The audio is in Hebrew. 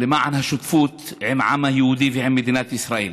להם למען השותפות עם העם היהודי ועם מדינת ישראל.